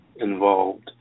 involved